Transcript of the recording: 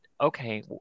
okay